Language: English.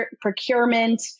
procurement